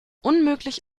unmöglich